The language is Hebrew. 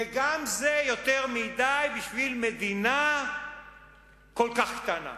וגם זה יותר מדי בשביל מדינה כל כך קטנה.